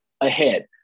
ahead